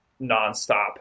nonstop